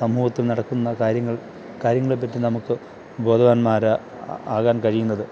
സമൂഹത്തില് നടക്കുന്ന കാര്യങ്ങള് കാര്യങ്ങളെ പറ്റി നമുക്ക് ബോധവാന്മാരാണ് ആകാന് കഴിയുന്നത്